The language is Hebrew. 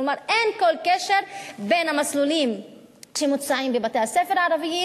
כלומר אין שום קשר בין המסלולים שמוצעים בבתי-הספר הערביים